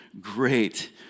great